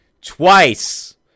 twice